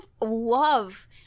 love